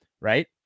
right